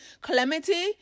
Calamity